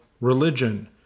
religion